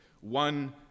One